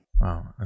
Wow